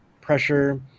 pressure